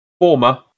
Former